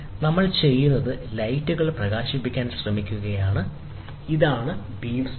നമ്മൾ ചെയ്യുന്നത് ലൈറ്റുകൾ പ്രകാശിപ്പിക്കാൻ ശ്രമിക്കുകയാണ് ഇതാണ് ബീം സ്പ്ലിറ്റർ